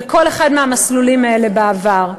בכל אחד מהמסלולים האלה בעבר,